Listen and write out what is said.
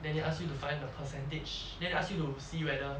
then they ask you to find the percentage then they ask you to see whether